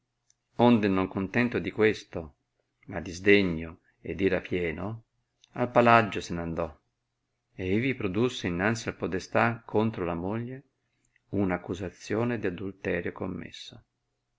onde non contento di questo ma di sdegno e d ira pieno al palaggio se n andò ed ivi produsse innanzi al podestà contra la moglie una accusazione di adulterio commesso